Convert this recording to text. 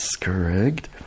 Correct